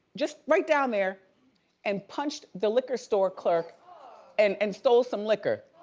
just right down there and punched the liquor store clerk and and stole some liquor.